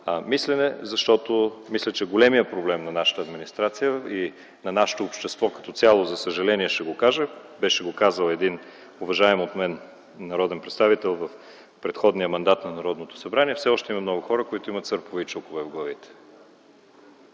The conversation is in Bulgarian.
мислене. Защото мисля, че големият проблем на нашата администрация и на нашето общество като цяло, за съжаление, ще го кажа – беше го казал един уважаван от мен народен представител в предходния мандат на Народното събрание: Все още има много хора, които имат сърпове и чукове в главите.